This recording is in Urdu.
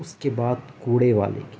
اس کے بعد کوڑے والے کی